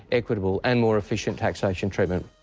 equitable and more efficient taxation treatment.